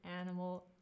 animal